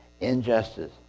injustice